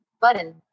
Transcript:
button